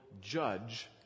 judge